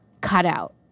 cutout